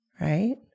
right